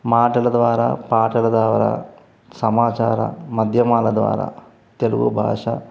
మాటల ద్వారా పాటల ద్వారా సమాచార మాధ్యమాల ద్వారా తెలుగు భాష